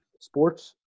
sports